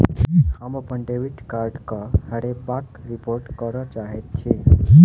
हम अप्पन डेबिट कार्डक हेराबयक रिपोर्ट करय चाहइत छि